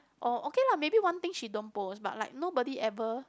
oh okay lah maybe one thing she don't post but like nobody ever